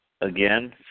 Again